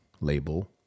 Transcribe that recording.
label